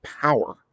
power